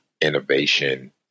innovation